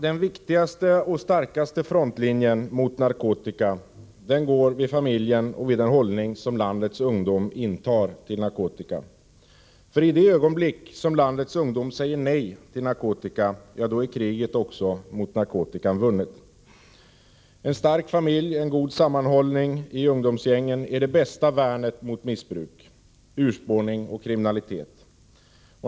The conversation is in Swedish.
Den viktigaste och starkaste frontlinjen mot narkotikan går vid familjen och vid den hållning som landets ungdom intar till narkotika. I det ögonblick landets ungdom säger nej till narkotika, då är också kriget mot narkotikan vunnet. En stark familj och en god sammanhållning i ungdomsgängen är det bästa värnet mot missbruk, urspårning och kriminalitet.